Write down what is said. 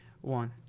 one